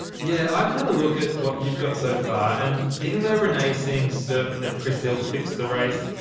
yeah i've had a look at what you've got so far. and even though renay seems certain that chris hill fixed the race.